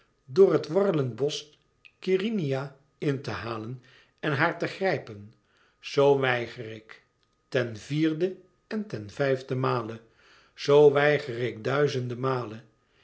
door het warrelend bosch keryneia in te halen en haar te grijpen zoo weiger ik ten vierde en ten vijfde male zoo weiger ik duizende malen